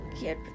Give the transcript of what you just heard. get